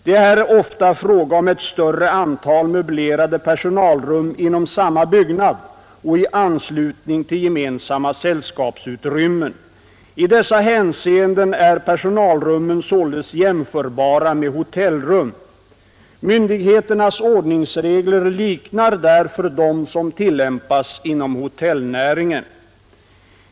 Det är här ofta fråga om ett större antal möblerade personalrum inom samma byggnad och i anslutning till gemensamma sällskapsutrymmen. I dessa hänseenden är personalrummen således jämförbara med hotellrum. Myndigheternas ordningsregler liknar därför dem som tillämpas inom hotellnäringen.